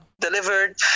delivered